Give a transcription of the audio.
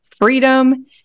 freedom